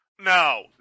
No